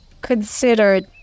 considered